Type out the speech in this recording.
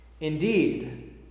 Indeed